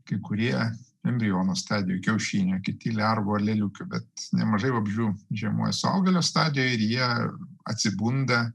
kai kurie embriono stadijoj kiaušinio kiti lervų ar lėliukių bet nemažai vabzdžių žiemoja suaugėlio stadijoj ir jie atsibunda